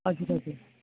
हजुर हजुर